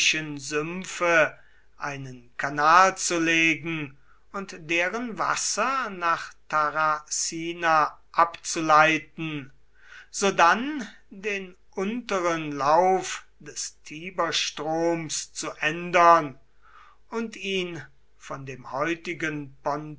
einen kanal zu legen und deren wasser nach tarracina abzuleiten sodann den unteren lauf des tiberstroms zu ändern und ihn von dem heutigen